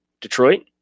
Detroit